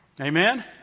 Amen